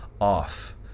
off